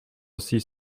six